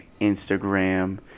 Instagram